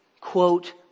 quote